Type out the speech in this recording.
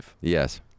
Yes